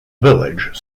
village